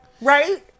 right